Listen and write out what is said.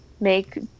make